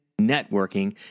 networking